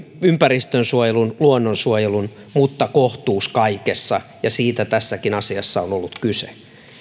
ympäristönsuojelun luonnonsuojelun mutta kohtuus kaikessa ja siitä tässäkin asiassa on ollut kyse